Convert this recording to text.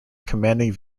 commanding